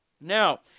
Now